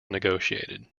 negotiated